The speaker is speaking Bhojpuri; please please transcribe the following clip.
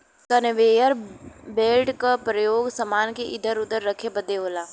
कन्वेयर बेल्ट क परयोग समान के इधर उधर रखे बदे होला